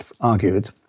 argued